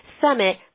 Summit